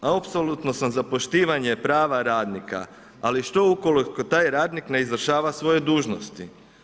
Apsolutno sam za poštivanje prava radnika, ali što ukoliko taj radnik ne izvršava svoje dužnosti?